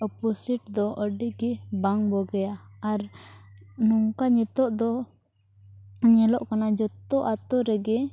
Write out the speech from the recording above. ᱚᱯᱩᱥᱤᱴ ᱫᱚ ᱟᱹᱰᱤ ᱜᱮ ᱵᱟᱝ ᱵᱳᱜᱤᱭᱟ ᱟᱨ ᱱᱚᱝᱠᱟ ᱱᱤᱛᱚᱜ ᱫᱚ ᱧᱮᱞᱚᱜ ᱠᱟᱱᱟ ᱡᱚᱛᱚ ᱟᱛᱳ ᱨᱮᱜᱮ